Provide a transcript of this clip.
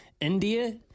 India